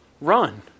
run